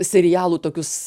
serialų tokius